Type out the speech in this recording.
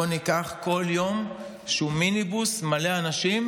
בואו ניקח כל יום מיניבוס מלא אנשים.